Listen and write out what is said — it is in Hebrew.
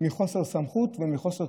מחוסר סמכות ומחוסר,